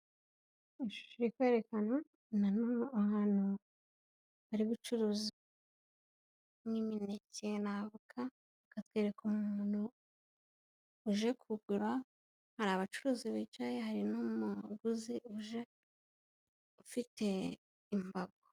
Ishusho irikwerekana, nanone ahantu barigucuruzamo imineke n'avoka, bakatwereka umuntu uje kugura, hari abacuruzi bicaye, hari n'umuguzi uje ufite imbago.